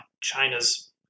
China's